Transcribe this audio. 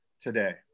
today